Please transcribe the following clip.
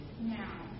Now